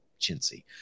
chintzy